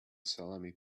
salami